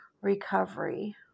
recovery